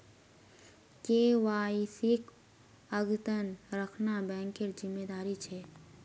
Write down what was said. केवाईसीक अद्यतन रखना बैंकेर जिम्मेदारी छे